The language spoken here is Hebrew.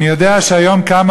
אני יודע שהיום קמה